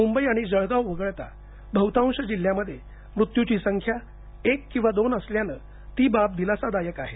मुंबई आणि जळगाव वगळता बहुतांश जिल्ह्यांमध्ये मृत्यूंची संख्या एक किंवा दोन असल्यानं ती बाब दिलासादायक आहे